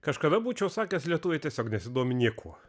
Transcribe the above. kažkada būčiau sakęs lietuviai tiesiog nesidomi niekuo